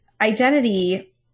identity